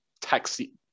taxi